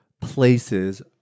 places